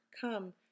come